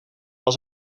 was